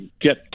get